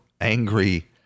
angry